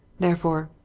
therefore,